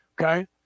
okay